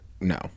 No